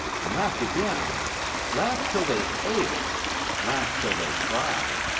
and laughed again laughed till they ached laughed till they cried.